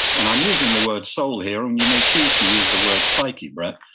and i'm using the word soul here, and you may choose to use the word psyche, brett,